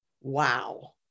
wow